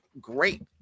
great